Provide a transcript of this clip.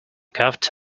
coughed